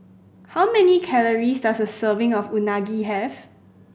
how many calories does a serving of Unagi have